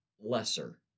lesser